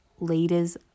leaders